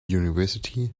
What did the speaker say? university